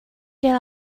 get